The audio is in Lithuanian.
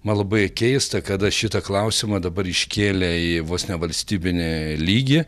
man labai keista kada šitą klausimą dabar iškėlė į vos ne valstybinį lygį